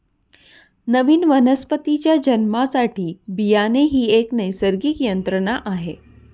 नवीन वनस्पतीच्या जन्मासाठी बियाणे ही एक नैसर्गिक यंत्रणा आहे